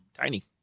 tiny